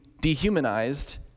dehumanized